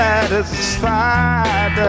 Satisfied